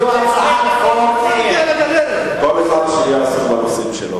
כל אחד יעסוק בנושאים שלו.